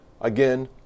Again